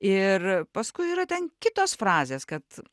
ir paskui yra ten kitos frazės kad